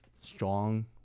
strong